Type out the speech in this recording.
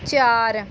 ਚਾਰ